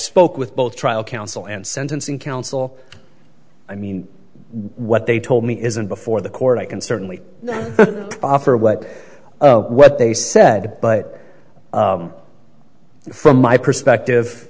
spoke with both trial counsel and sentencing counsel i mean what they told me is and before the court i can certainly offer what what they said but from my perspective